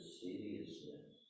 seriousness